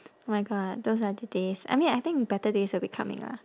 my god those are the days I mean I think better days will be coming lah